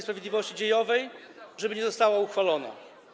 sprawiedliwości dziejowej, nie została uchwalona.